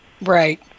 Right